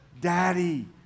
Daddy